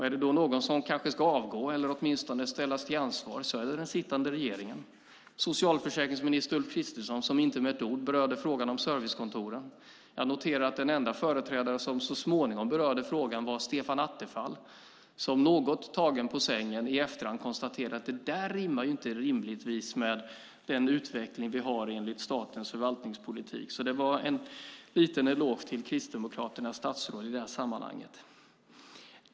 Är det någon som kanske ska avgå eller åtminstone ställas till ansvar är det den sittande regeringen. Socialförsäkringsminister Ulf Kristersson berörde inte med ett ord frågan om servicekontoren. Jag noterar att den enda företrädare som så småningom berörde frågan var Stefan Attefall, som något tagen på sängen i efterhand konstaterade att det rimligtvis inte rimmar med den utveckling vi har enligt statens förvaltningspolitik. Det är en liten eloge till Kristdemokraternas statsråd i det här sammanhanget.